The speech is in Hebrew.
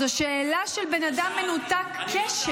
זאת שאלה של בן אדם מנותק קשר.